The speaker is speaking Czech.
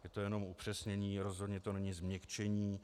Je to jenom upřesnění, rozhodně to není změkčení.